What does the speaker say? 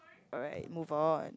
alright move on